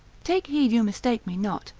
take heed you mistake me not.